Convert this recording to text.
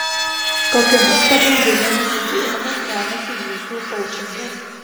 kokiomis pagrindinėmis idėjomis remiasi jūsų koučingas